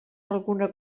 alguna